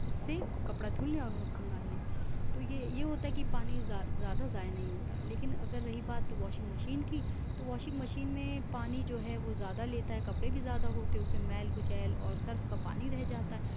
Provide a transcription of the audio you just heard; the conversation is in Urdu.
اس سے کپڑا دھل لیں اور وہ کھنگھال لیں تو یہ یہ ہوتا ہے کہ پانی زاد زیادہ ضائع نہیں ہوتا ہے لیکن اگر رہی بات واشنگ مشین کی تو واشنگ مشین میں پانی جو ہے وہ زیادہ لیتا ہے کپڑے بھی زیادہ ہوتے ہیں اس میں میل کچیل اور سرف کا پانی رہ جاتا ہے